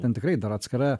ten tikrai dar atskira